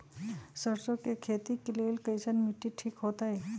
सरसों के खेती के लेल कईसन मिट्टी ठीक हो ताई?